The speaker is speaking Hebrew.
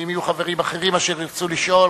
ואם יהיו חברים אחרים אשר ירצו לשאול,